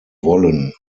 wollen